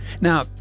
Now